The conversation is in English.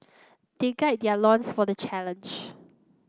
they guy their loins for the challenge